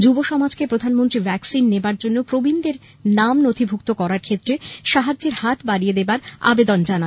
যুব সমাজকে প্রধানমন্ত্রী ভ্যাকসিন নেবার জন্য প্রবীণদের নাম নথিভুক্ত করার ক্ষেত্রে সাহায্যের হাত বাড়িয়ে দেবার আবেদন জানান